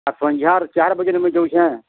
ଆର୍ ସନ୍ଧ୍ୟାର୍ ଚାର୍ ବଜେନୁ ମୁଁ ଯାଉଛେଁ